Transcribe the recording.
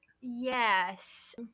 Yes